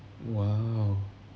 !wow!